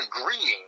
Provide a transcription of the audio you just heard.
agreeing